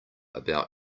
about